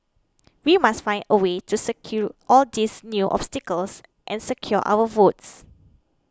we must find a way to all these new obstacles and secure our votes